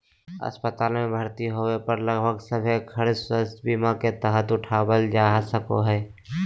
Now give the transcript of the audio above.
अस्पताल मे भर्ती होबे पर लगभग सभे खर्च स्वास्थ्य बीमा के तहत उठावल जा सको हय